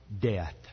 Death